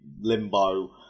limbo